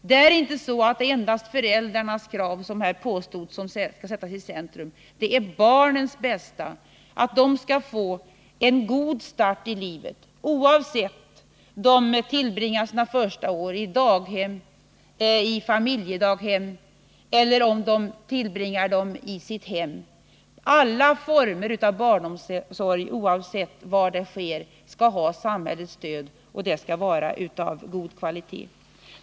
Det är inte endast, som här påstods, föräldrarnas krav som sätts i centrum, utan det är barnens bästa: att de skall få en god start i livet, oavsett om de tillbringar sina första år i daghem, i familjedaghem eller i sitt hem. Alla former av barnomsorg, oavsett var den sker, skall ha samhällets stöd, och omsorgen skall vara av god kvalitet.